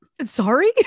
Sorry